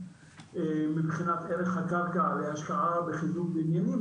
מבחינת ערך הקרקע להשקעה בחיזוק מבנים.